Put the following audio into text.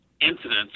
incidents